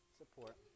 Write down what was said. support